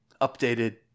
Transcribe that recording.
updated